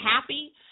happy